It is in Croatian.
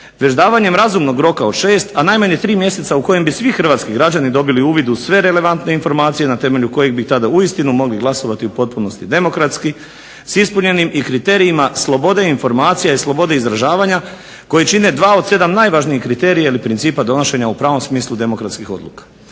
već davanjem razumnog roka od 6 a najmanje 3 mjeseca u kojem bi svi hrvatski građani dobili uvid u sve relevantne informacije na temelju kojih bi tada uistinu mogli glasovati u potpunosti demokratski s ispunjenim i kriterijima slobode informacija i slobode izražavanja koje čine dva od sedam najvažnijih kriterija ili principa donošenja u pravom smislu demokratskih odluka.